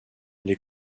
les